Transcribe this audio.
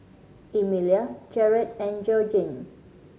Emelia Jarrad and Georgene